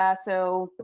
ah so